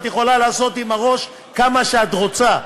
את יכולה לעשות עם הראש כמה שאת רוצה,